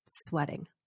sweating